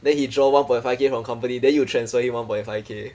then he draw one point five K from company then you transfer him one point five K